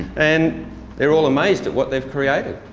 and they're all amazed at what they've created.